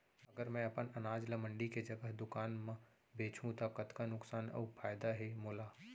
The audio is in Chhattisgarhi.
अगर मैं अपन अनाज ला मंडी के जगह दुकान म बेचहूँ त कतका नुकसान अऊ फायदा हे मोला?